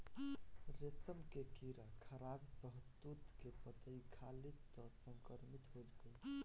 रेशम के कीड़ा खराब शहतूत के पतइ खाली त संक्रमित हो जाई